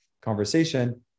conversation